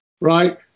right